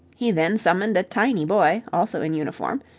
he then summoned a tiny boy, also in uniform,